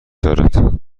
دارد